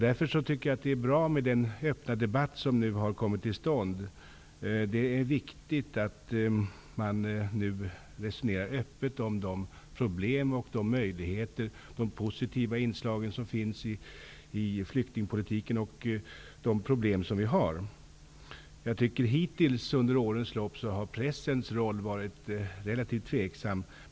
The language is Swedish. Därför tycker jag att det är bra med den öppna debatt som nu har kommit till stånd. Det är viktigt att man nu öppet diskuterar de problem och möjligheter och de positiva inslag som finns i flyktingpolitiken. Hittills har pressens roll varit relativt tveksam, tycker jag.